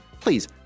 please